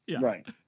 Right